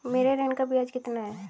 मेरे ऋण का ब्याज कितना है?